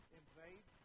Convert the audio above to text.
invade